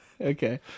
okay